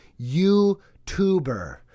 YouTuber